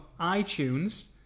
iTunes